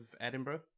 Edinburgh